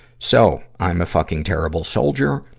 so, i'm a fucking, terrible soldier,